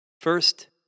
First